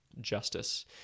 justice